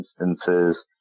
instances